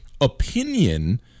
opinion